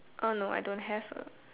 oh no I don't have